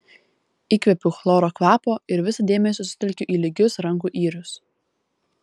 įkvepiu chloro kvapo ir visą dėmesį sutelkiu į lygius rankų yrius